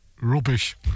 Rubbish